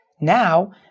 Now